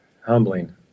Humbling